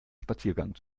spaziergang